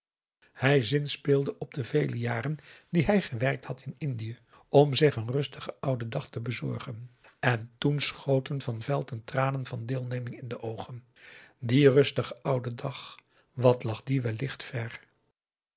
hij zinspeelde op de vele jaren die hij gewerkt had in indië om zich een rustigen ouden dag te bezorgen en toen schoten van velton tranen van deelneming in de oogen die rustige oude dag wat lag die wellicht vèr